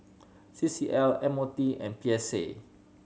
C C L M O T and P S A